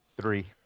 Three